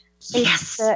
Yes